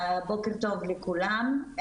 בוקר טוב לכולם.